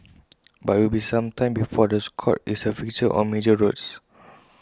but IT will be some time before the Scot is A fixture on major roads